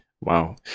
Wow